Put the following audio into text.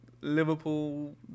Liverpool